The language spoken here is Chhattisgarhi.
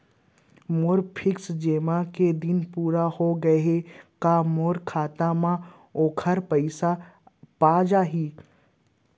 मोर फिक्स जेमा के दिन पूरा होगे हे का मोर खाता म वोखर पइसा आप जाही?